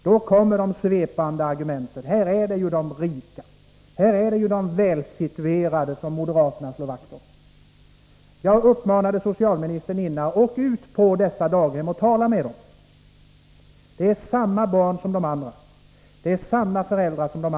Då kommer de svepande skälen: Här är det de rika, här är det de välsituerade som moderaterna slår vakt om. Jag uppmanade socialministern att åka ut till dessa daghem och tala med dem som finns där. Det är samma barn där som på andra daghem, det är samma föräldrar.